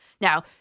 Now